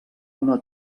una